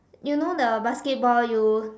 you know the basketball you